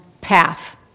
path